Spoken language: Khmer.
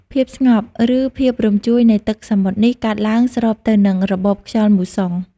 ភាពស្ងប់ ឬភាពរញ្ជួយនៃទឹកសមុទ្រនេះ កើតឡើងស្របទៅនឹង របបខ្យល់មូសុង។